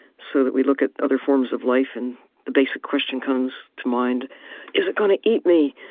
so that we look at other forms of life, and the basic question comes to mind is it going to eat me?